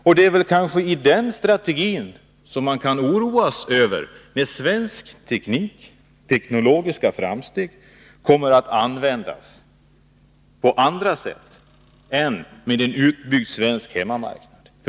Och det är den strategin som man har anledning att oroas över. Svenska teknologiska framsteg kommer därmed att användas på annat sätt än till en utbyggd svensk hemmamarknad.